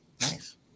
Nice